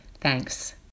Thanks